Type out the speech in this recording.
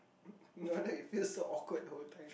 no wonder you feel so awkward all time